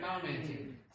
commenting